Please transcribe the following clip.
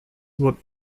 would